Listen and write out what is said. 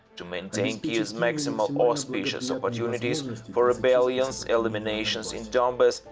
to maintain kiev's maximal auspicious opportunities for rebellions elimination in donbass,